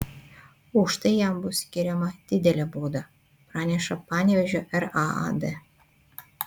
už tai jam bus skiriama didelė bauda praneša panevėžio raad